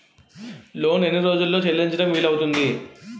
Loan ఎన్ని రోజుల్లో చెల్లించడం వీలు అవుతుంది?